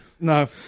No